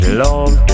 love